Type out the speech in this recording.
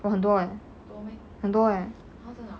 !wah! 很多诶很多诶